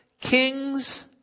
kings